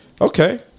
okay